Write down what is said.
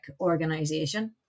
organization